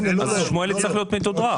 אז שמואלי צריך להיות מתודרך.